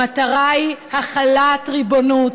המטרה היא החלת ריבונות.